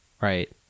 right